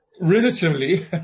relatively